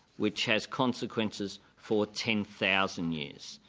which has consequences for ten thousand years.